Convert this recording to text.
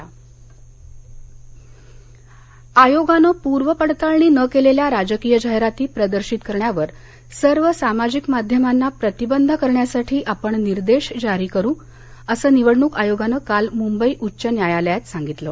social media निवडणक आयोग आयोगानं पूर्व पडताळणी न केलेल्या राजकीय जाहिराती प्रदर्शित करण्यावर सर्व सामाजिक माध्यमांना प्रतिबंध करण्यासाठी आपण निर्देश जारी करु असं निवडणूक आयोगानं काल मुंबई उच्च न्यायालयात सांगितलं